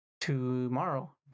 tomorrow